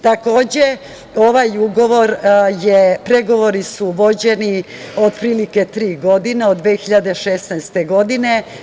Takođe, pregovori su vođeni otprilike tri godine od 2016. godine.